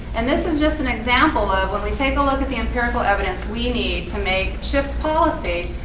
and this is just an example of when we take a look at the empirical evidence we need to make shift policy,